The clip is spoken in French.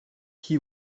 qui